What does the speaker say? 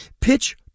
pitch